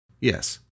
Yes